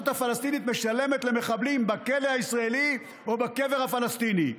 הפלסטינית משלמת למחבלים בכלא הישראלי או בקבר הפלסטיני.